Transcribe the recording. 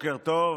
בוקר טוב.